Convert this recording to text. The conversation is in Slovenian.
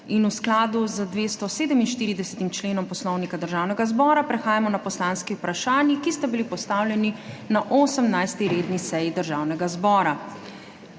V skladu z 247. členom Poslovnika Državnega zbora prehajamo na poslanski vprašanji, ki sta bili postavljeni na 18. redni seji Državnega zbora.